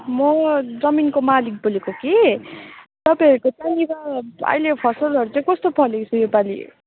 म जमिनको मालिक बोलेको कि तपाईँहरूको त्यहाँनिर अहिले फसलहरू चाहिँ कस्तो फलेको छ योपालि